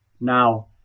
Now